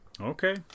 Okay